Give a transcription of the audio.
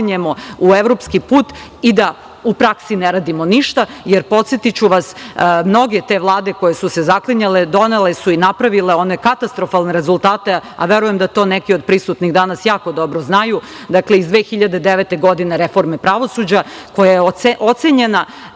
u evropski put i da u praksi ne radimo ništa. Podsetiću vas, mnoge te vlade koje su se zaklinjale, donele su i napravile one katastrofalne rezultate, a verujem da to neki od prisutnih danas jako dobro znaju. Na primer, 2009. godine reforma pravosuđa, koja je ocenjena